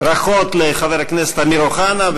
ברכות לחבר הכנסת אמיר אוחנה,